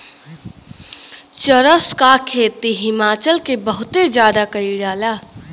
चरस क खेती हिमाचल में बहुते जादा कइल जाला